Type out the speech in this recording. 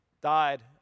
died